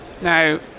Now